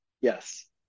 yes